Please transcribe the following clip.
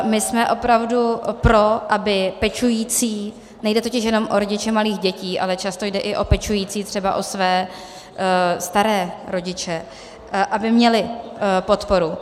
My jsme opravdu pro, aby pečující nejde totiž jenom o rodiče malých dětí, ale často jde i o pečující třeba o své staré rodiče měli podporu.